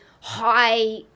high